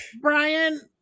Brian